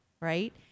right